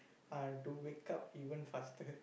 ah to wake up even faster